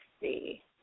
see